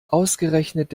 ausgerechnet